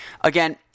Again